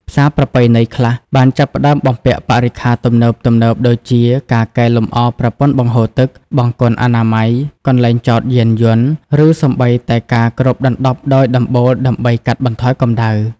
ផ្សារប្រពៃណីខ្លះបានចាប់ផ្តើមបំពាក់បរិក្ខារទំនើបៗ ដូចជាការកែលម្អប្រព័ន្ធបង្ហូរទឹក បង្គន់អនាម័យ កន្លែងចតយានយន្ត ឬសូម្បីតែការគ្របដណ្តប់ដោយដំបូលដើម្បីកាត់បន្ថយកម្ដៅ។